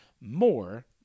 more